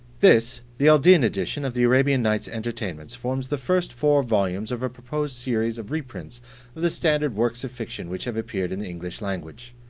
this, the aldine edition of the arabian nights entertainments, forms the first four volumes of a proposed series of reprints of the standard works of fiction which have appeared in the english language.